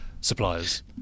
suppliers